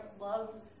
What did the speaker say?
love